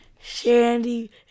Shandy